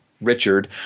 Richard